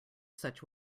such